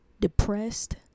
depressed